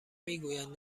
میگویند